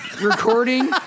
recording